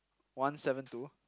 one seven two